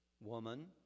Woman